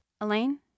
Elaine